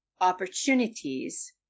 opportunities